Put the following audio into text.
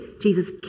Jesus